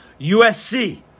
USC